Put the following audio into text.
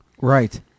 Right